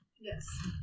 Yes